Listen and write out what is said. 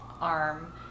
arm